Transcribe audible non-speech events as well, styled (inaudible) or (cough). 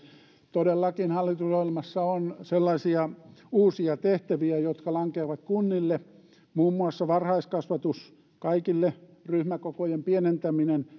todellakin hallitusohjelmassa on sellaisia uusia tehtäviä jotka lankeavat kunnille muun muassa varhaiskasvatus kaikille ryhmäkokojen pienentäminen (unintelligible)